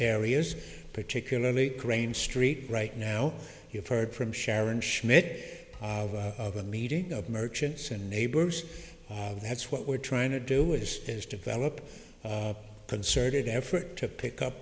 areas particularly grange street right now you've heard from sharon schmidt of a meeting of merchants and neighbors that's what we're trying to do is is develop a concerted effort to pick up